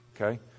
okay